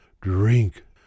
DRINK